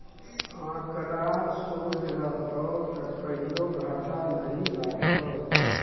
आंकड़ा सोझ रहतौ त कहियो घाटा नहि लागतौ